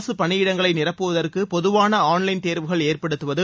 அரசு பணியிடங்களை நிரப்புவதற்கு பொதுவான ஆன்லைன் தேர்வுகள் ஏற்படுத்துவது